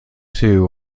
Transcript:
too